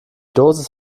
dosis